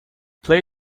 play